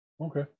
okay